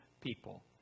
people